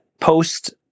post